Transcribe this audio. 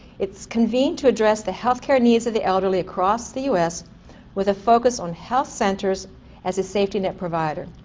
its convene to address the health care needs of the elderly across the us with a focus on health centers as a safety net provider.